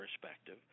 perspective